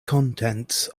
contents